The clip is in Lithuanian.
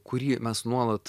kurį mes nuolat